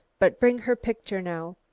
but bring her picture now.